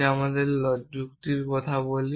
যখন আমরা যুক্তির কথা বলি